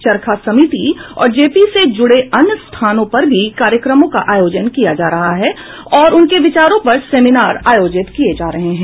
चरखा समिति और जेपी से जुड़े अन्य स्थानों पर भी कार्यक्रमों का आयोजन किया जा रहा है और उनके विचारों पर सेमीनार आयोजित किये जा रहे हैं